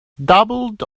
doubled